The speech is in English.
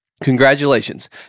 congratulations